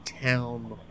town